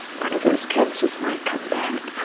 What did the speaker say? one of those cancers might come back,